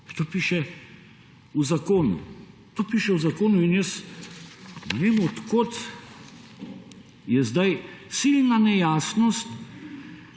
To piše v zakonu in jaz ne vem, od kod je zdaj silna nejasnost,